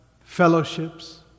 fellowships